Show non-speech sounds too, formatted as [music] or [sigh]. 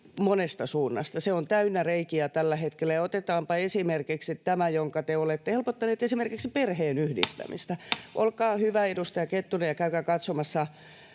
monesta suunnasta. Se on täynnä reikiä tällä hetkellä, ja otetaanpa esimerkiksi tämä: te olette helpottaneet esimerkiksi perheenyhdistämistä. [noise] Olkaa hyvä, edustaja Kettunen, ja käykää katsomassa